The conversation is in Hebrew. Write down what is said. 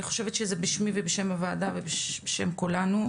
חושבת שזה בשמי ובשם הוועדה ובשם כולנו,